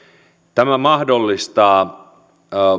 tämä mahdollistaa